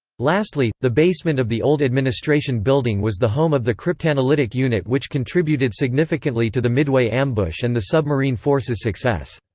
lastly, the basement of the old administration building was the home of the cryptanalytic unit which contributed significantly to the midway ambush and the submarine force's success.